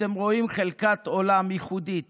אתם רואים חלקת עולם ייחודית